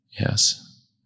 yes